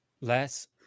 Less